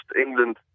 England